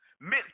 meant